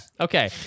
Okay